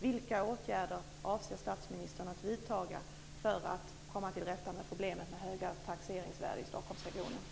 Vilka åtgärder avser statsministern att vidta för att komma till rätta med problemet med höga taxeringsvärden i Stockholmsregionen?